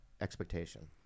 expectation